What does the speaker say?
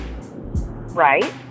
right